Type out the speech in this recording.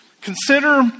Consider